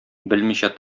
белмичә